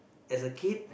as a kid